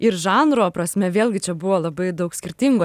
ir žanro prasme vėlgi čia buvo labai daug skirtingų